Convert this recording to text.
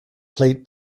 plate